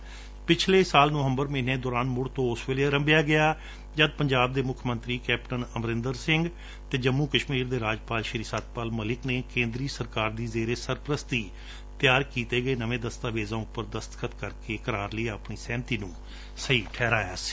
ਇਸ ਡੈਮ ਦਾ ਕੱਮ ਪਿਛਲੇ ਸਾਲ ਨਵੰਬਰ ਮਹੀਨੇ ਦੌਰਾਨ ਮੁੜ ਤੋਂ ਉਸ ਵੇਲੇ ਅਰੰਭਿਆ ਗਿਆ ਜਦ ਪੰਜਾਬ ਦੇ ਮੁੱਖਮੰਤਰੀ ਕੈਪਟਨ ਅਮਰੰਦਰ ਸਿੰਘ ਅਤੇ ਜੰਮੂ ਕਸ਼ਮੀਰ ਦੇ ਰਾਜਪਾਲ ਸ਼ੀ ਸਤਪਾਲ ਮਲਿਕ ਨੇ ਕੇਂਦਰੀ ਸਰਕਾਰ ਦੀ ਜੇਰੇ ਸਰਪ੍ਸਤੀ ਤਿਆਰ ਕੀਤੇ ਗਏ ਨਵੇਂ ਦਸਤਾਵੇਜਾਂ ਉਂਪਰ ਦਸਤਖਤ ਕਰਕੇ ਕਰਾਰ ਲਈ ਆਪਣੀ ਸਹਿਮਤੀ ਨੂੰ ਸਹੀ ਠਹਿਰਾਇਆ ਸੀ